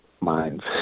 minds